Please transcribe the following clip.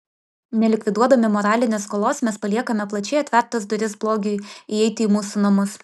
nelikviduodami moralinės skolos mes paliekame plačiai atvertas duris blogiui įeiti į mūsų namus